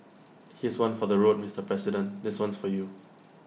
here's one for the road Mister president this one's for you